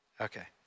Okay